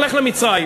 לך למצרים.